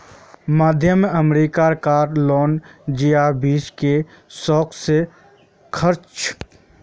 मध्य अमेरिका कार लोग जिया बीज के शौक से खार्चे